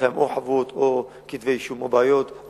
יש להם או חבות או כתבי-אישום או בעיות,